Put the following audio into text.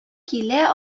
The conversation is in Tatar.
килә